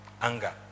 Anger